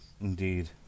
Indeed